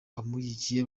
abamushyigikiye